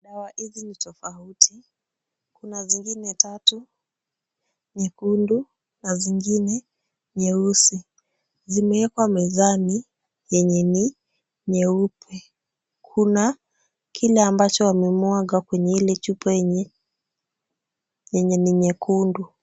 Dawa hizi ni tofauti, kuna zingine tatu nyekundu na zingine nyeusi. Zimewekwa mezani yenye ni nyeupe. Kuna kile ambacho wamemwaga kwenye ile chupa yenye ni nyekundu.